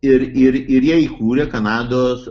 ir ir ir jie įkūrė kanados